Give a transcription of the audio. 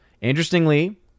Interestingly